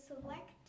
select